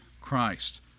Christ